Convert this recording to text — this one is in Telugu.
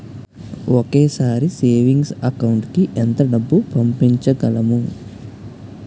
ఒకేసారి సేవింగ్స్ అకౌంట్ కి ఎంత డబ్బు పంపించగలము?